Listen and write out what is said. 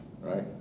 right